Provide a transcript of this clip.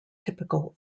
typical